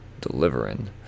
Delivering